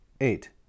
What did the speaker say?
eight